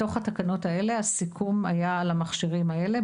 בתוך התקנות האלה הסיכום היה על המכשירים האלה.